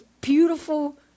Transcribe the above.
beautiful